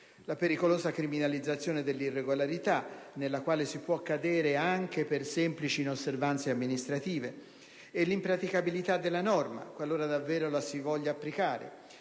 la pericolosa criminalizzazione dell'irregolarità, nella quale si può cadere anche per semplici inosservanze amministrative, e l'impraticabilità della norma, qualora davvero la si voglia applicare;